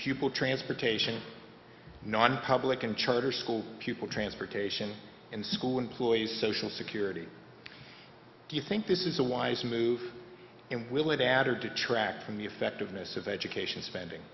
pupil transportation nonpublic and charter school pupil transportation and school employees social security do you think this is a wise move and will it add or detract from the effectiveness of education spending